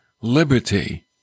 liberty